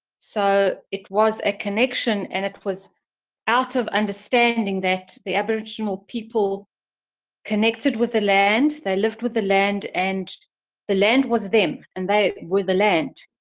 so, it was a connection and it was out of understanding that the aboriginal people connected with the land, they lived with the land and the land was them and they were the land.